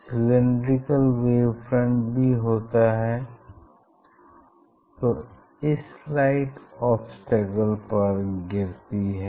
cylindrical wave front भी होता है